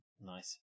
nice